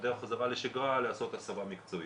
בהיעדר החזרה לשגרה, לעשות הסבה מקצועית.